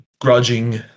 grudging